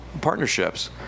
partnerships